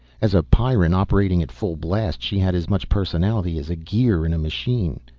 as a pyrran operating at full blast she had as much personality as a gear in a machine.